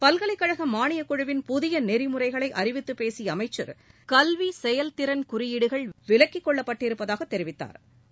பல்கலைக்கழக மானியக் குழுவின் புதிய நெறிமுறைகளை அறிவித்துப் பேசிய அமைச்சா் கல்வி செயல் திறன் குறியீடுகள் விலக்கிக்கொள்ளப்பட்டிருப்பதாக தெரிவித்தாா்